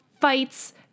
fights